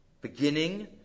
Beginning